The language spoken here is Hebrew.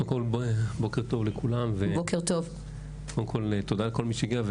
קודם כל, בוקר טוב לכולם ותודה לכל מי שהגיע.